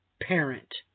parent